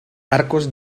arcos